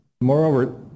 Moreover